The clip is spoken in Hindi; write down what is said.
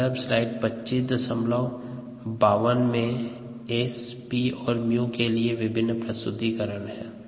सन्दर्भ स्लाइड समय 2552 में S P और µ के लिए विभिन्न प्रस्तुतिकरण है